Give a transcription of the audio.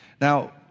Now